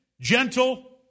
gentle